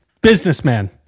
Businessman